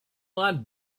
lot